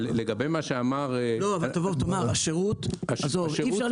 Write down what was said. אבל תדבר על השירות, אי-אפשר להתעלם מזה.